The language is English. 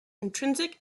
intrinsic